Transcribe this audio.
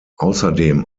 außerdem